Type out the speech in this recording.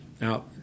Now